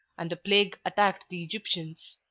and a plague attacked the egyptians.